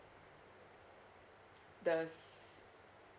the